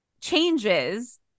changes